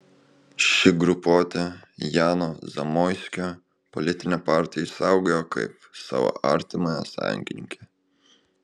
ši grupuotė jano zamoiskio politinę partiją išsaugojo kaip savo artimą sąjungininkę